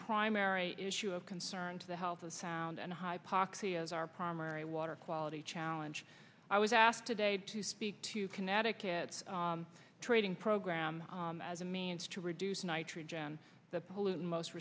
primary issue of concern to the health of sound and hypoxia is our primary water quality challenge i was asked today to speak to connecticut's training program as a means to reduce nitrogen the pollutant most